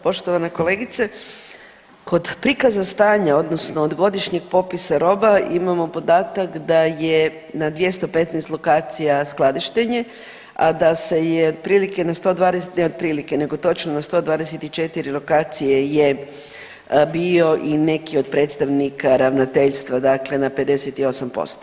Poštovana kolegice kod prikaza stanja odnosno od godišnjeg popisa roba imamo podatak da je na 215 skladištenje, a da se je otprilike na, ne otprilike nego točno na 124 lokacije je bio i neki od predstavnika ravnateljstva, dakle na 58%